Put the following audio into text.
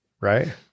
Right